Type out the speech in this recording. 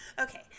Okay